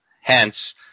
Hence